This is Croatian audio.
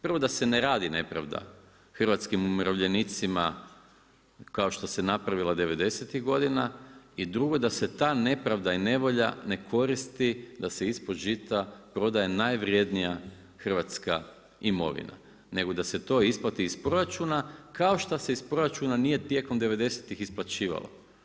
Prvo da se ne radi nepravda hrvatskim umirovljenicima kao što se napravila devedesetih godina i drugo da se ta nepravda i nevolja ne koristi da se ispod žita prodaje najvrjednija hrvatska imovina nego da se to isplati iz proračuna kao što se iz proračuna nije tijekom '90.-tih isplaćivalo.